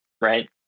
right